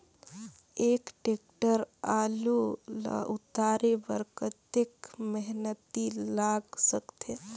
एक टेक्टर आलू ल उतारे बर कतेक मेहनती लाग सकथे?